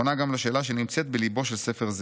נכונה גם לשאלה שנמצאת בליבו של ספר זה.